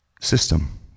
system